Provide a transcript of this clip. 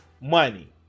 money